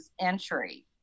entry